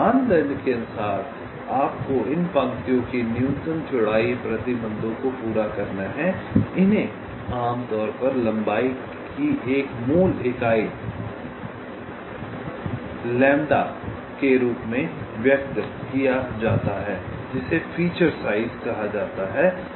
मानदंड के अनुसार आप को इन पंक्तियों की न्यूनतम चौड़ाई प्रतिबंधों को पूरा करना है इन्हें आम तौर पर लंबाई की एक मूल इकाई के रूप में व्यक्त किया जाता है जिसे फीचर साइज कहा जाता है